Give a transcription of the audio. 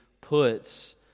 puts